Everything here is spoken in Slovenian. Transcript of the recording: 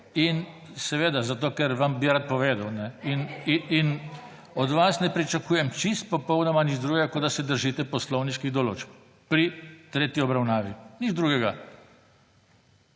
In … Seveda, zato ker bi vam rad povedal. In od vas ne pričakujem čisto popolnoma nič drugega kot da se držite poslovniških določb pri tretji obravnavi. Nič drugega.